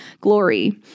glory